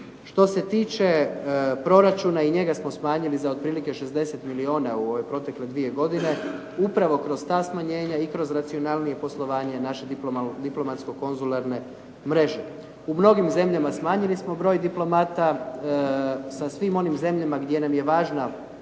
Što se tiče proračuna i njega smo smanjili za otprilike 60 milijuna u ove protekle dvije godine. Upravo kroz ta smanjenja i kroz racionalnije poslovanje naše diplomatsko-konzularne mreže. U mnogim zemljama smanjili smo broj diplomata. Sa svim onim zemljama gdje nam je važna